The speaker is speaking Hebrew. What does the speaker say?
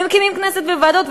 ומקימים כנסת וועדות,